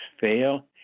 fail